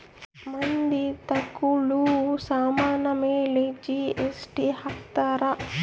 ಮಂದಿ ತಗೋಳೋ ಸಾಮನ್ ಮೇಲೆ ಜಿ.ಎಸ್.ಟಿ ಹಾಕ್ತಾರ್